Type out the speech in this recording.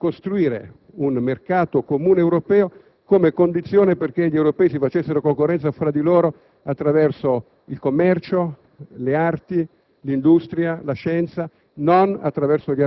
il mercato al servizio della pace. Costruire un mercato comune europeo come condizione perché gli europei si facessero concorrenza tra di loro attraverso il commercio, le arti,